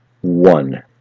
one